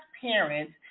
parents